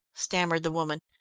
stammered the woman,